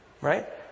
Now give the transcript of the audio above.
Right